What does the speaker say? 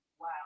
Wow